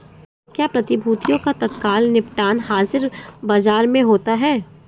क्या प्रतिभूतियों का तत्काल निपटान हाज़िर बाजार में होता है?